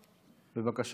בבקשה.